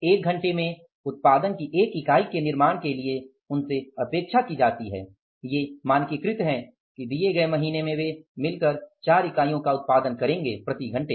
एक घंटे में उत्पादन की एक इकाई के निर्माण के लिए उनसे अपेक्षा की जाती है ये मानकीकृत है की दिए गए महीने में वे मिलकर 4 इकाइयों का उत्पादन करेंगे